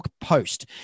post